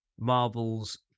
Marvel's